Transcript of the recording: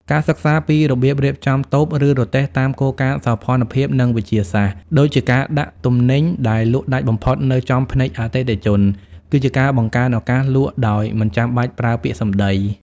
ការសិក្សាពីរបៀបរៀបចំតូប ឬរទេះតាមគោលការណ៍សោភ័ណភាព និងវិទ្យាសាស្ត្រ (ដូចជាការដាក់ទំនិញដែលលក់ដាច់បំផុតនៅចំភ្នែកអតិថិជន) គឺជាការបង្កើនឱកាសលក់ដោយមិនចាំបាច់ប្រើពាក្យសម្ដី។